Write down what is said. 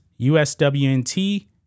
USWNT